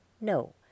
no